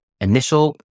initial